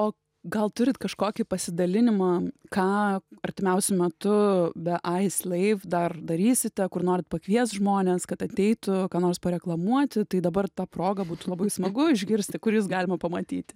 o gal turit kažkokį pasidalinimą ką artimiausiu metu be aisleiv dar darysite kur norite pakviest žmones kad ateitų ką nors pareklamuoti tai dabar ta proga būtų labai smagu išgirsti kur jus galima pamatyti